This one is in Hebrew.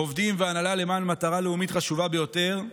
עובדים והנהלה, למען מטרה לאומית חשובה ביותר.